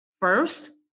first